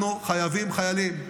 אנחנו חייבים חיילים.